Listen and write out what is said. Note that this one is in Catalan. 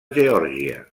geòrgia